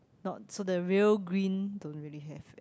not so the real green don't really have